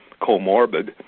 comorbid